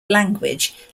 language